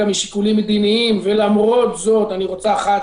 משיקולים מדיניים ולמרות זאת אני רוצה 1,